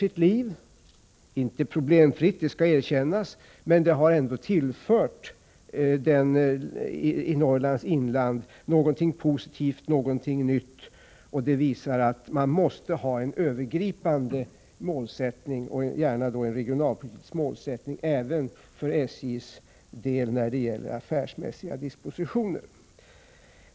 Dess liv är inte problemfritt, det skall erkännas — men Norrlands inland har ändå tillförts något positivt och nytt. Detta visar att man måste ha en övergripande målsättning, och gärna en regionalpolitisk målsättning, även för SJ:s del när det gäller affärsmässiga dispositioner.